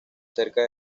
cerca